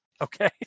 Okay